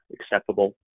acceptable